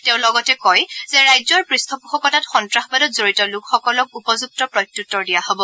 তেওঁ লগতে কয় যে ৰাজ্যৰ পৃষ্ঠপোষকতাত সন্ত্ৰাসবাদত জড়িত লোকসকলক উপযুক্ত প্ৰত্যুত্তৰ দিয়া হব